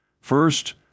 First